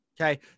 Okay